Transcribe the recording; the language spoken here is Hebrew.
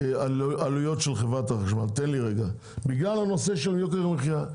עלויות של חברת החשמל בגלל הנושא של יוקר המחייה.